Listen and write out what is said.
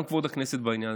גם כבוד הכנסת בעניין.